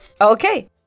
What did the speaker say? Okay